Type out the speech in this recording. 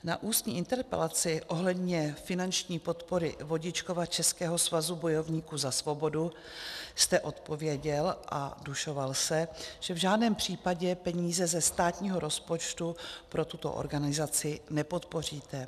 Na ústní interpelaci ohledně finanční podpory Vodičkova českého svazu bojovníků za svobodu jste odpověděl a dušoval se, že v žádném případě peníze ze státního rozpočtu pro tuto organizaci nepodpoříte.